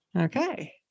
okay